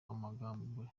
amangambure